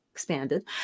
expanded